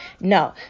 No